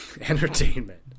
Entertainment